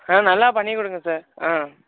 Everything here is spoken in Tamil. நல்லா பண்ணிகொடுங்க சார்